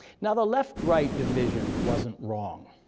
now, the left-right division wasn't wrong,